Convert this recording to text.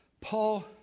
Paul